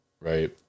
right